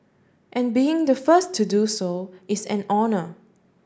and being the first to do so is an honour